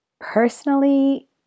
Personally